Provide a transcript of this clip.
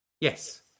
Yes